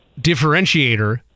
differentiator